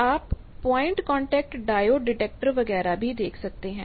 आप point contact diode detector वगैरह भी देख सकते हैं